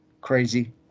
crazy